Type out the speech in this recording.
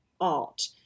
art